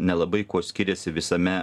nelabai kuo skiriasi visame